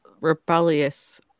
rebellious